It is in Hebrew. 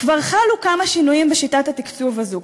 כבר חלו כמה שינויים בשיטת התקצוב הזו,